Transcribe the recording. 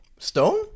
stone